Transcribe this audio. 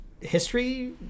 history